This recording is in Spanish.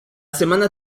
semana